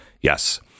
Yes